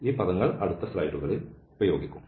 ഈ പദങ്ങൾ അടുത്ത സ്ലൈഡുകളിൽ ഉപയോഗിക്കും